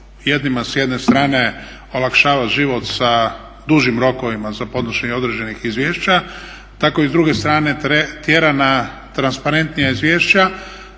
jednima s jedne strane olakšava život sa dužim rokovima za podnošenje određenih izvješća tako ih s druge strane tjera na transparentnija izvješća